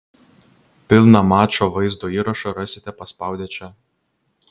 pilną mačo vaizdo įrašą rasite paspaudę čia